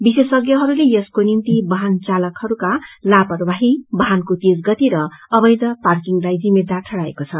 विशेषज्ञहरूले यसको निम्ति वाहन चालकहरूका लापरवाही ख वाहनको तेजगति र अवैध पार्किडनलाई जिम्मेदार ठहराएको छ